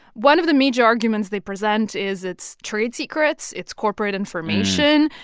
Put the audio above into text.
one of the major arguments they present is it's trade secrets. it's corporate information.